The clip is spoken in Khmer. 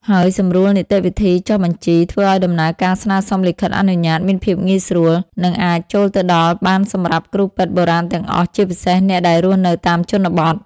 ហើយសម្រួលនីតិវិធីចុះបញ្ជី ធ្វើឲ្យដំណើរការស្នើសុំលិខិតអនុញ្ញាតមានភាពងាយស្រួល និងអាចចូលទៅដល់បានសម្រាប់គ្រូពេទ្យបុរាណទាំងអស់ ជាពិសេសអ្នកដែលរស់នៅតាមជនបទ។